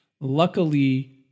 Luckily